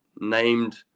named